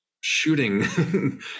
shooting